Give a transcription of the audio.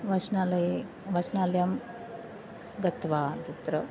वचनालये वचनालयं गत्वा तत्र